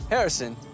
Harrison